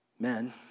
Men